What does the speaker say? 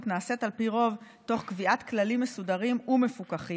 נעשית על פי רוב תוך קביעת כללים מסודרים ומפוקחים.